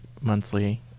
monthly